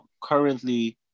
currently